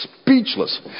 speechless